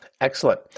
Excellent